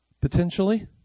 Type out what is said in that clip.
potentially